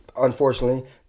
Unfortunately